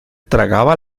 tragaba